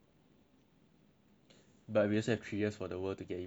but we just have three years for the world to get even worse